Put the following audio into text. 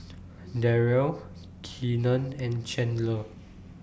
Darryle Keenen and Chandler